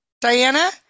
Diana